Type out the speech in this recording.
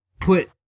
put